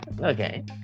okay